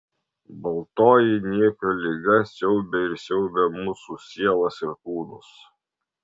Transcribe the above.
baltoji niekio liga siaubė ir siaubia mūsų sielas ir kūnus